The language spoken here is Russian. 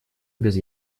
без